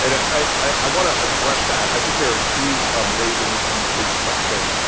and i i want to address that. i think there are two um ways in which these things function.